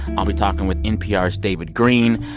i'll be talking with npr's david greene.